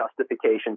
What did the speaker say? justification